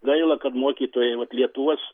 gaila kad mokytojai vot lietuvos